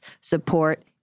support